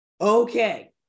okay